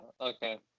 Okay